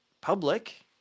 public